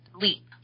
leap